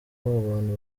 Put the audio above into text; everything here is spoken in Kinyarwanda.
abantu